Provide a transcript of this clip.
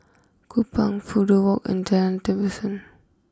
Kupang Fudu walk and Jalan Tembusu